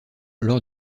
lors